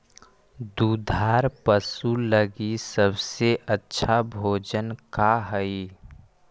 दुधार पशु लगीं सबसे अच्छा भोजन का हई?